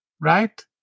Right